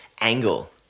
angle